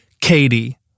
Katie